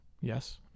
Yes